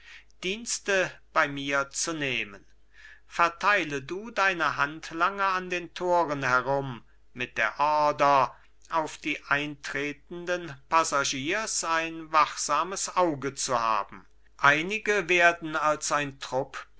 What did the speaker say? dienste bei mir zu nehmen verteile du deine handlanger an den toren herum mit der ordre auf die eintretenden passagiers ein wachsames auge zu haben einige werden als ein trupp